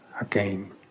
again